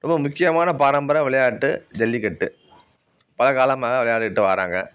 ரொம்ப முக்கியமான பாரம்பர விளையாட்டு ஜல்லிக்கட்டு பல காலமாக விளையாடிகிட்டு வாராங்க